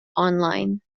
online